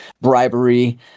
bribery